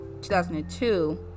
2002